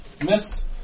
Miss